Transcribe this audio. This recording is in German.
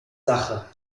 sache